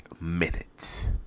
minutes